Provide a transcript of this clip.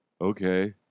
okay